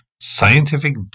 scientific